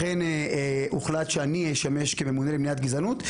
הוחלט שאני אשמש כממונה למניעת גזענות,